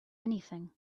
anything